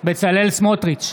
בצלאל סמוטריץ'